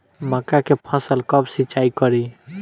मका के फ़सल कब सिंचाई करी?